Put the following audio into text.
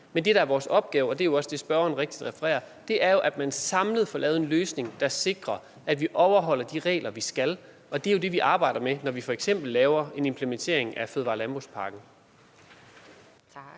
Men det, der er vores opgave, og det er jo også det, som spørgeren rigtigt refererer, er, at man får lavet en samlet løsning, der sikrer, at vi overholder de regler, vi skal. Og det er det, vi arbejder med, når vi f.eks. foretager en implementering af fødevare- og landbrugspakken.